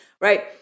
right